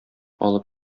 алып